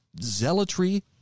zealotry